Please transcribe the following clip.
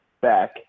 back